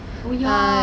இப்போ பாரு:ippo paaru